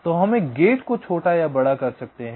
तो हम एक गेट को छोटा या बड़ा कर सकते हैं